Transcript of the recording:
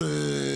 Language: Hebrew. את כל התכניות,